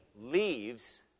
leaves